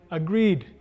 agreed